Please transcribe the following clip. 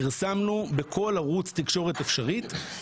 פרסמנו בכל ערוץ תקשורת אפשרי,